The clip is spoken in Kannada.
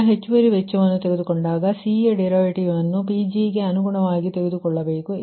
ಈಗ ಹೆಚ್ಚುವರಿ ವೆಚ್ಚವನ್ನು ತೆಗೆದುಕೊಂಡಾಗ C ಯ ಡರಿವಿಟಿವ ಅನ್ನು Pg ಗೆ ಅನುಗುಣವಾಗಿ ತೆಗೆದುಕೊಳ್ಳಬೇಕು